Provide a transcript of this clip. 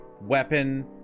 weapon